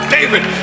David